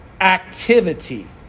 activity